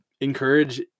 encourage